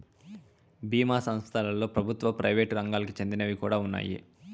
బీమా సంస్థలలో ప్రభుత్వ, ప్రైవేట్ రంగాలకి చెందినవి కూడా ఉన్నాయి